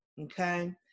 Okay